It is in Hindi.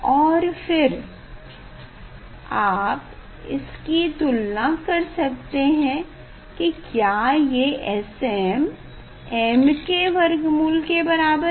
और फिर आप इसके तुलना कर सकते हैं की क्या ये sm m के वर्गमूल के बराबर हैं